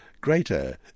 greater